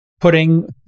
putting